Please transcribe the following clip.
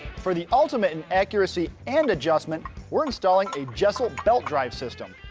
for the ultimate in accuracy and adjustment we're installing a jesel belt drive system.